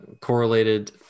correlated